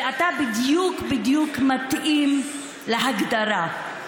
ואתה בדיוק מתאים להגדרה.